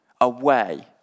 away